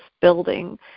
building